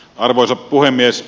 arvoisa puhemies